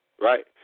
Right